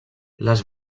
les